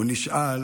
הוא נשאל: